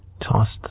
tossed